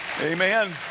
Amen